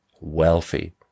wealthy